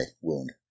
wound